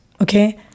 okay